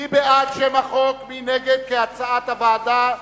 מי בעד שם החוק כהצעת הוועדה?